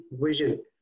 vision